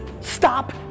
stop